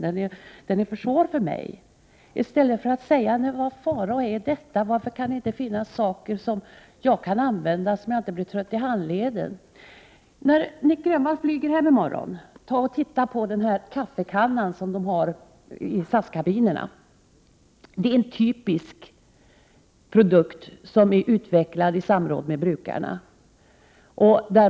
Man säger: Den är för svår för mig. I stället borde man säga: Vad är detta? Varför kan det inte finnas saker som jag kan använda utan att bli trött i handleden. När Nic Grönvall flyger hem i morgon bör han titta på den kaffekanna som de har i SAS-kabinerna. Det är en typisk produkt som är utvecklad i samråd med brukarna.